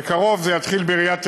בקרוב זה יתחיל בעיריית תל-אביב,